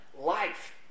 life